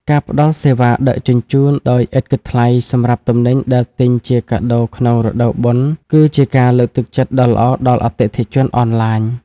ការផ្តល់សេវាដឹកជញ្ជូនដោយឥតគិតថ្លៃសម្រាប់ទំនិញដែលទិញជាកាដូក្នុងរដូវបុណ្យ គឺជាការលើកទឹកចិត្តដ៏ល្អដល់អតិថិជនអនឡាញ។